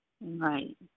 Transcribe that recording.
Right